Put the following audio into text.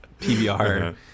PBR